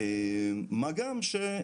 זה ציבור שפחות מעניין.